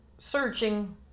Searching